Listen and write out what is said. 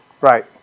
Right